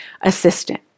assistant